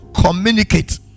communicate